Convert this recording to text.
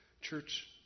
Church